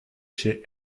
chez